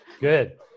good